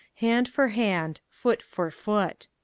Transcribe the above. hand for hand, foot for foot.